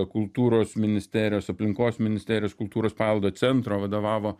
kultūros ministerijos aplinkos ministerijos kultūros paveldo centro vadovavo